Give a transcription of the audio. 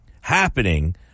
happening